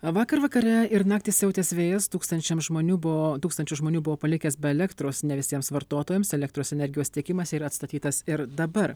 vakar vakare ir naktį siautęs vėjas tūkstančiams žmonių buvo tūkstančių žmonių buvo palikęs be elektros ne visiems vartotojams elektros energijos tiekimas atstatytas ir dabar